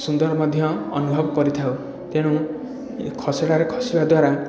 ସୁନ୍ଦର ମଧ୍ୟ ଅନୁଭବ କରିଥାଉ ତେଣୁ ଏ ଖସଡ଼ାରେ ଖସିବା ଦ୍ୱାରା